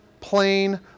plain